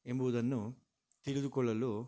ಎಂಬುವುದನ್ನು ತಿಳಿದುಕೊಳ್ಳಲು